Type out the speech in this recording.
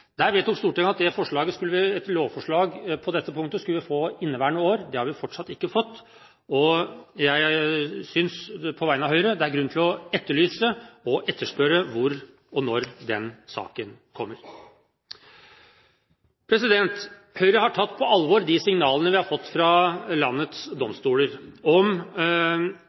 at man derfor skulle få et lovforslag på dette punktet i inneværende år. Det har vi fortsatt ikke fått, og på vegne av Høyre synes jeg det er grunn til å etterlyse og etterspørre hvor og når den saken kommer. Høyre har tatt på alvor de signalene vi har fått fra landets domstoler om